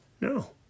no